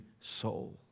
soul